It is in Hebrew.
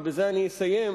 ובזה אני אסיים,